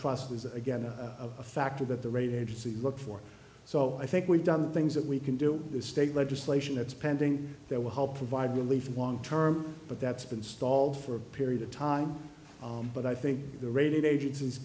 trust was again a factor that the rating agencies look for so i think we've done the things that we can do is state legislation that's pending that will help provide relief long term but that's been stalled for a period of time but i think the rating agencies